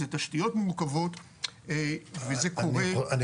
אלו תשתיות מורכבות וזה קורה --- אני